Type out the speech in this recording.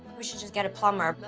we should just get a plumber.